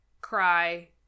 cry